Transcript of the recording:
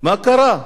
מה קרה?